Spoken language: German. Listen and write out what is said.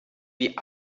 wie